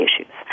issues